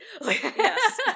yes